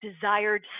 desired